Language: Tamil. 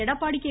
எடப்பாடி கே